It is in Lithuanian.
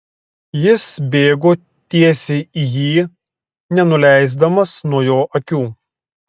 jis bėgo tiesiai į jį nenuleisdamas nuo jo akių